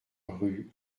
rue